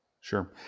Sure